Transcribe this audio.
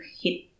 hit